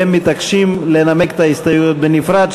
והם מתעקשים לנמק את ההסתייגויות בנפרד,